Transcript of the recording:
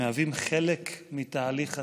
מהווים חלק מתהליך 'התיקון'